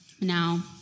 now